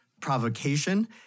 provocation